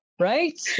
Right